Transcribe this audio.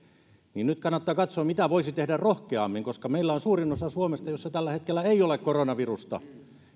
niitä nyt kannattaa katsoa mitä voisi tehdä rohkeammin koska meillä suurimmassa osassa suomesta ei tällä hetkellä ole koronavirusta